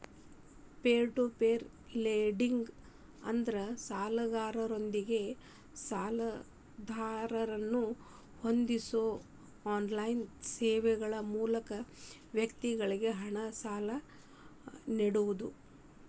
peer to peer lending ಅಂದ್ರ ಸಾಲಗಾರರೊಂದಿಗೆ ಸಾಲದಾತರನ್ನ ಹೊಂದಿಸೋ ಆನ್ಲೈನ್ ಸೇವೆಗಳ ಮೂಲಕ ವ್ಯಕ್ತಿಗಳಿಗಿ ಹಣನ ಸಾಲ ನೇಡೋದು